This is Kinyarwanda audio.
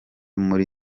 muri